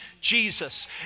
Jesus